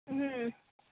ಹ್ಞೂ